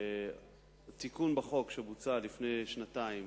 מתיקון בחוק שבוצע לפני שנתיים,